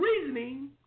reasoning